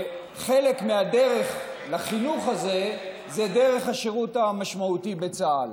חלק מהדרך לחינוך הזה זה דרך השירות המשמעותי בצה"ל.